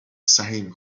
سهیم